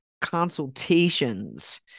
consultations